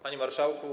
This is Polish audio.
Panie Marszałku!